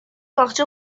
باغچه